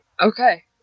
okay